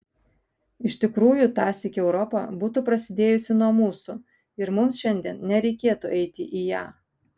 iš tikrųjų tąsyk europa būtų prasidėjusi nuo mūsų ir mums šiandien nereikėtų eiti į ją